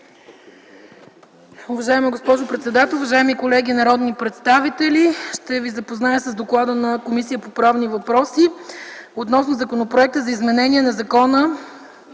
Уважаема госпожо председател, уважаеми колеги народни представители! Ще ви запозная с доклада на Комисията по правни въпроси относно Законопроекта за изменение на Закона